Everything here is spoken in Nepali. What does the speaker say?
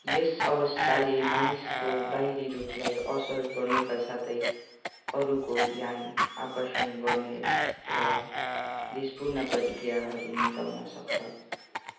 यस अवस्थाले मानिसको बाहिरी रूपलाई असर गर्नुका साथै अरूको ध्यान आकर्षण गर्ने र द्वेषपूर्ण प्रतिक्रियाहरू निम्त्याउन सक्छ